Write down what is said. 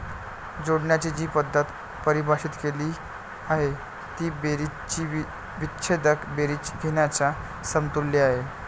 जोडण्याची जी पद्धत परिभाषित केली आहे ती बेरजेची विच्छेदक बेरीज घेण्याच्या समतुल्य आहे